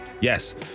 Yes